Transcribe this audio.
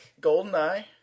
GoldenEye